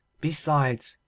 besides,